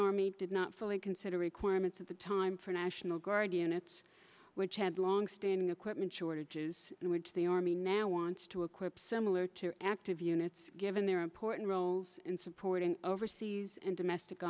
army did not fully consider requirements at the time for national guard units which had longstanding equipment shortages in which the army now wants to equip similar to active units given their important roles in supporting overseas and domestic